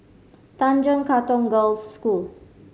Tanjong Katong Girls' School